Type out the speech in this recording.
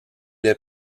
est